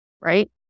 right